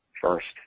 first